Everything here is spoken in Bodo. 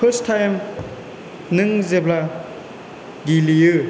फार्स्ट टाइम नों जेब्ला गेलेयो